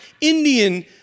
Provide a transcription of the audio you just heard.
Indian